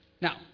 Now